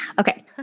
Okay